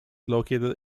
located